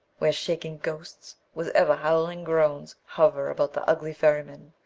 where shaking ghosts with ever-howling groans hover about the ugly ferryman,